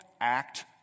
act